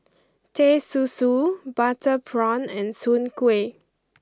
Teh Susu Butter Prawn and Soon Kway